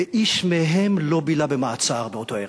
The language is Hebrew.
ואיש מהם לא בילה במעצר באותו ערב.